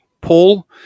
paul